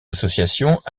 associations